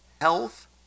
health